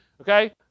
Okay